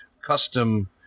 custom